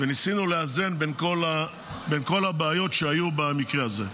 וניסינו לאזן בין כל הבעיות שהיו במקרה הזה.